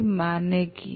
এর মানে কি